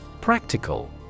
Practical